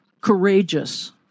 courageous